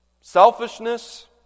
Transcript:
selfishness